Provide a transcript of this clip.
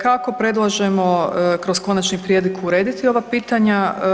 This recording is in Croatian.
Kako predlažemo kroz konačni prijedlog urediti ova pitanja?